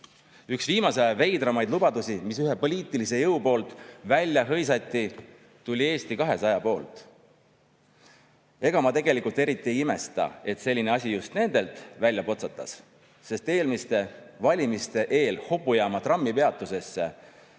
Üks viimase aja veidramaid lubadusi, mille üks poliitiline jõud välja hõiskas, tuli Eesti 200-lt. Ega ma tegelikult eriti ei imesta, et selline asi just nendelt välja potsatas, sest eelmiste valimiste eel Hobujaama trammipeatuse